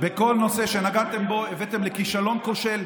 בכל נושא שנגעתם בו הבאתם לכישלון חרוץ,